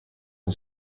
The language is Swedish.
att